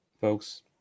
folks